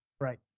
Right